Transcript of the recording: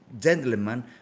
gentleman